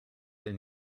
and